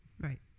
Right